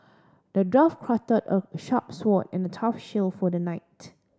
the dwarf crafted a sharp sword and a tough shield for the knight